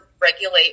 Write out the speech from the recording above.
regulate